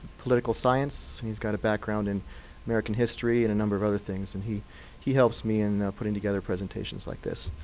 political science and he's got a background in american history and a number of other things. and he he helps me in putting together presentations like this.